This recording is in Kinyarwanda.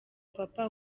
papa